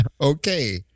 Okay